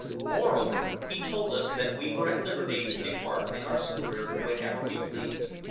moreover, he told us that we were at liberty to depart in our schooner whenever we pleased,